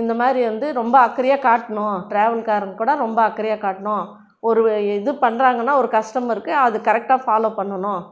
இந்தமாதிரி வந்து ரொம்ப அக்கறையாக காட்டணும் ட்ராவல்காரங்கள் கூட ரொம்ப அக்கறையாக காட்டணும் ஒரு இது பண்ணுறாங்கன்னா ஒரு கஸ்டமருக்கு அது கரெக்டாக ஃபாலோ பண்ணணும்